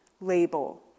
label